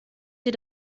sie